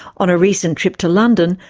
on a recent trip to london,